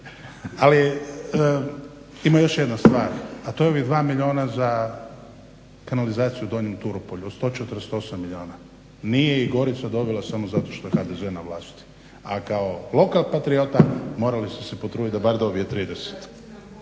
Ali ima još jedna stvar, a to je ovih 2 milijuna za kanalizaciju u Donjem Turopolju od 148 milijuna. Nije ih Gorica dobila samo zato što je HDZ na vlast, a kao lokal patriota morali ste se potruditi da bar dobije 30.